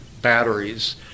batteries